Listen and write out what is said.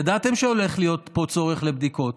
ידעתם שהולך להיות פה צורך בבדיקות.